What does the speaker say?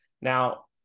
Now